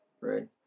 right